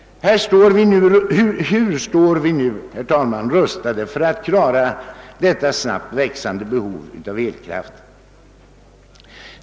Hur står vi nu rustade, herr talman, för att klara detta snabbt växande behov av elkraft?